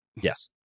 Yes